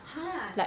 !huh!